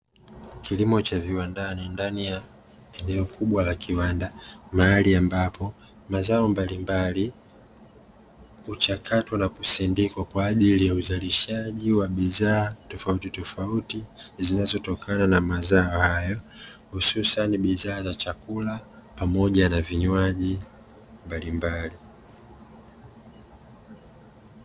Kilimo cha viwandani, ndani ya eneo kubwa la kiwanda, mahali ambapo mazao mbalimbali huchakatwa na kusindikwa kwa ajili ya uzalishaji wa bidhaa tofautitofauti zinazotokana na mazao hayo, hususan bidhaa za chakula pamoja na vinywaji mbalimbali.